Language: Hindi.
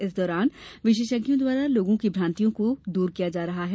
इस दौरान विशेषज्ञों द्वारा लोगों की भ्रान्तियों को भी दूर किया जा रहा है